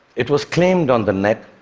it was claimed on the net